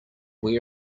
where